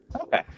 Okay